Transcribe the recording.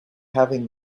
having